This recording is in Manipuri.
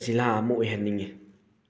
ꯖꯤꯜꯂꯥ ꯑꯃ ꯑꯣꯏꯍꯟꯅꯤꯡꯉꯤ